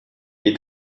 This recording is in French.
est